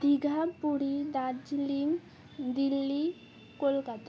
Digha Puri Darjeeling Delhi Kolkata